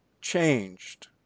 changed